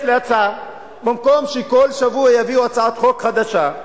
יש לי הצעה: במקום שכל שבוע יביאו הצעת חוק חדשה,